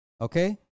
Okay